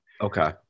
Okay